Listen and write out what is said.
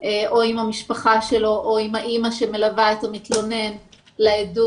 או עם המשפחה שלו או עם האימא שמלווה את המתלונן לעדות,